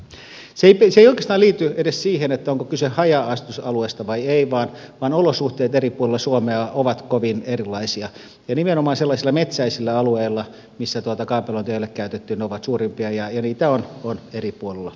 se ei oikeastaan liity edes siihen onko kyse haja asutusalueesta vai ei vaan olosuhteet eri puolilla suomea ovat kovin erilaisia ja nimenomaan sellaisilla metsäisillä alueilla missä kaapelointia ei ole käytetty erot ovat suurimpia ja niitä on eri puolilla suomea